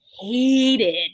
hated